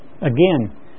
Again